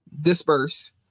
Disperse